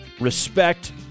respect